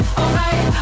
alright